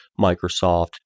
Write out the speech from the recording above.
Microsoft